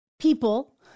people